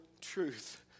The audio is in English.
truth